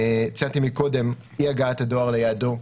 ציינתי קודם אי-הגעת הדואר ליעדו,